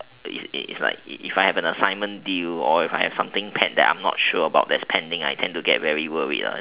it's it's like if I have an assignment due or if I have something pend~ that I am not sure about that is pending I tend to get very worried one